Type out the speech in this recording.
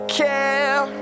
care